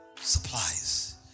supplies